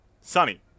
sunny